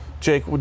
Jake